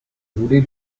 voulais